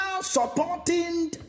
Supporting